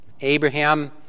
Abraham